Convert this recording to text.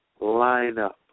lineup